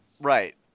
right